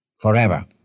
forever